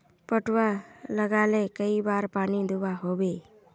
पटवा लगाले कई बार पानी दुबा होबे?